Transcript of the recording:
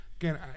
Again